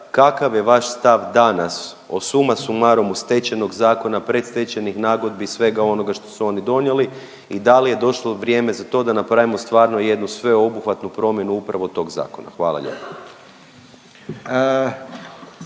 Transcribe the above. kakav je vaš stav danas o suma sumarumu Stečajnog zakona, predstečajnih nagodbi i svega onoga što su oni donijeli i da li je došlo vrijeme za to da napravimo stvarno jednu sveobuhvatnu promjenu upravo tog zakona? Hvala lijepa.